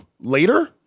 Later